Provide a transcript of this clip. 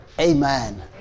Amen